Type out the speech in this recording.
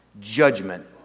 judgment